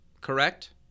correct